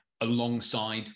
alongside